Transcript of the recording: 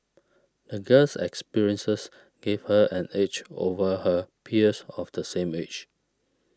the girl's experiences gave her an edge over her peers of the same age